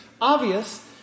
obvious